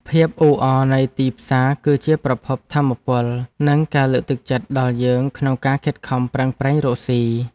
ភាពអ៊ូអរនៃទីផ្សារគឺជាប្រភពថាមពលនិងការលើកទឹកចិត្តដល់យើងក្នុងការខិតខំប្រឹងប្រែងរកស៊ី។